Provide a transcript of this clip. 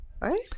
Right